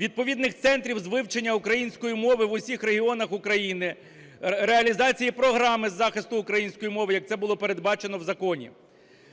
відповідних центрів з вивчення української мови в усіх регіонах України, реалізації програми з захисту української мови, як це було передбачено в законі.